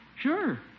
sure